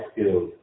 skills